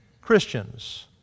Christians